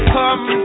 come